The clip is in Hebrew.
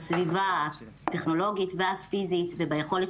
בסביבה הטכנולוגית והפיזית וביכולת